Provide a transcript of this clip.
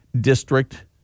district